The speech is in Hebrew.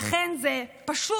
לכן זה פשוט